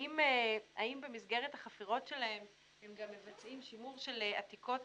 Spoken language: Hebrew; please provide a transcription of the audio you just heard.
האם במסגרת החפירות שלהם הם גם מבצעים שימור של עתיקות